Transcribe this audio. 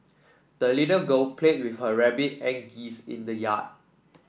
the little girl played with her rabbit and geese in the yard